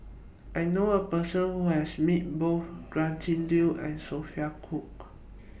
I knew A Person Who has Met Both Gretchen Liu and Sophia Cooke